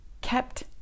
kept